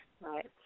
Right